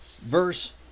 verse